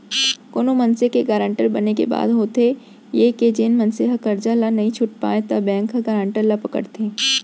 कोनो मनसे के गारंटर बने के बाद होथे ये के जेन मनसे ह करजा ल नइ छूट पावय त बेंक ह गारंटर ल पकड़थे